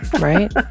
Right